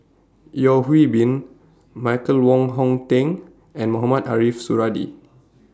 Yeo Hwee Bin Michael Wong Hong Teng and Mohamed Ariff Suradi